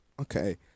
Okay